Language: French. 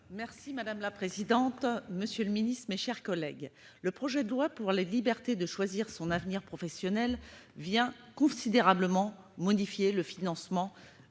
Madame la présidente, monsieur le ministre, mes chers collègues, le projet de loi pour la liberté de choisir son avenir professionnel vient considérablement modifier le financement